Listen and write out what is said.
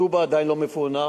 טובא עדיין לא מפוענח,